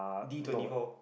D-twenty four